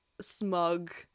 smug